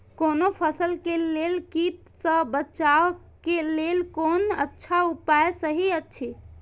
कोनो फसल के लेल कीट सँ बचाव के लेल कोन अच्छा उपाय सहि अछि?